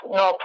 no